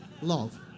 love